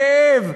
כאב,